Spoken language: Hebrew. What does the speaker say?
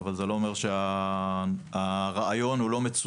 אבל זה לא אומר שהרעיון הוא לא מצוין.